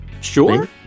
Sure